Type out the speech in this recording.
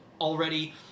already